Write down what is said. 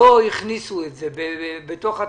לא הכניסו את זה בתוך התקציב,